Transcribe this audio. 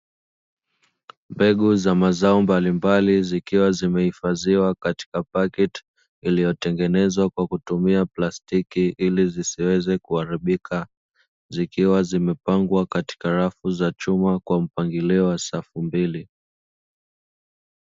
Mbegu za mazao mbalimbali zikiwa zimehifadhiwa katika paketi, iliyotengenezwa kwa kutumia plastiki, ili zisiweze kuharibika zikiwa zimepangwa katika rafu za chuma kwa mpangilio wa safu mbili.